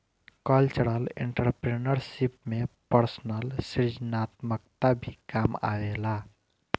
cultural entrepreneurship में personal सृजनात्मकता भी काम आवेला